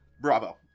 Bravo